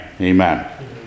Amen